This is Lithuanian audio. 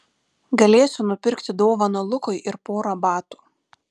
galėsiu nupirkti dovaną lukui ir porą batų